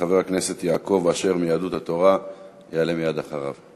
וחבר הכנסת יעקב אשר מיהדות התורה יעלה מייד אחריו.